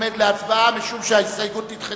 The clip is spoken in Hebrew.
אני קובע שסעיף 23 עומד להצבעה משום שההסתייגות נדחתה.